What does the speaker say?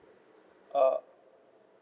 uh